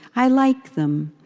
i like them,